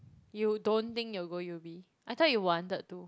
you don't think you'll go uni I thought you wanted to